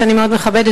שאני מאוד מכבדת,